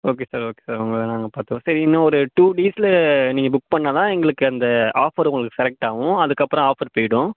okay sir okay sir உங்களை நாங்கள் பார்த்துக்குவோம் சார் இன்னும் ஒரு டூ டேஸில் நீங்கள் புக் பண்ணாதான் எங்களுக்கு அந்த ஆஃபர் உங்களுக்கு செலக்ட் ஆவும் அதுக்கப்புறம் ஆஃபர் போய்விடும்